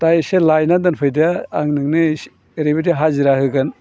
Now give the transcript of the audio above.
दा एसे लायनानै दोनफैदो आं नोंनो एसे ओरैबायदि हाजिरा होगोन